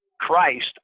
Christ